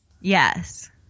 Yes